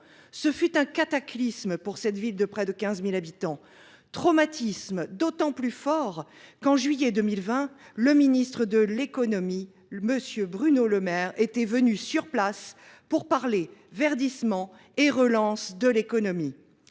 Ce fut un cataclysme pour cette ville de près de 15 000 habitants. Traumatisme d'autant plus fort qu'en juillet 2020, le ministre de l'économie, monsieur Bruno Le Maire, était venu sur place pour parler verdissement et relance de l'économie.